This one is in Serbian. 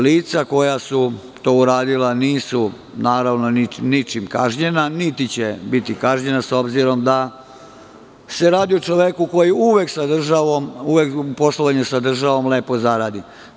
Lica koja su to uradila nisu, naravno, ničim kažnjena, niti će biti kažnjena, s obzirom da se radi o čoveku koji uvek u poslovanju sa državom lepo zaradi.